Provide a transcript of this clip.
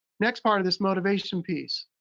next part of this motivation piece.